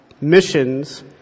missions